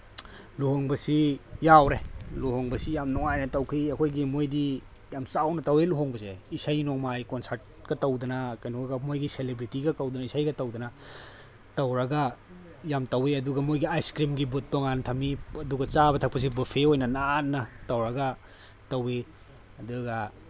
ꯂꯨꯍꯣꯡꯕꯁꯤ ꯌꯥꯎꯔꯦ ꯂꯨꯍꯣꯡꯕꯁꯤ ꯌꯥꯝ ꯅꯨꯉꯥꯏꯅ ꯇꯧꯈꯤ ꯑꯩꯈꯣꯏꯒꯤ ꯃꯣꯏꯗꯤ ꯌꯥꯝ ꯆꯥꯎꯅ ꯇꯧꯏ ꯂꯨꯍꯣꯡꯕꯁꯦ ꯏꯁꯩ ꯅꯣꯡꯃꯥꯏ ꯀꯣꯟꯁꯔꯠꯀ ꯇꯧꯗꯅ ꯀꯩꯅꯣꯒ ꯃꯣꯏꯒꯤ ꯁꯦꯂꯤꯕ꯭ꯔꯦꯇꯤꯒ ꯀꯧꯗꯅ ꯏꯁꯩꯒ ꯇꯧꯗꯅ ꯇꯧꯔꯒ ꯌꯥꯝ ꯇꯧꯏ ꯑꯗꯨꯒ ꯃꯣꯏꯒꯤ ꯑꯥꯏꯁꯀ꯭ꯔꯤꯝꯒꯤ ꯕꯨꯠ ꯇꯣꯡꯉꯥꯟꯅ ꯊꯝꯃꯤ ꯑꯗꯨꯒ ꯆꯥꯕ ꯊꯛꯄꯁꯦ ꯕꯨꯞꯐꯦ ꯑꯣꯏꯅ ꯅꯥꯟꯅ ꯇꯧꯔꯒ ꯇꯧꯏ ꯑꯗꯨꯒ